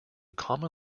common